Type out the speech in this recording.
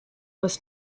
was